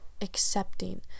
accepting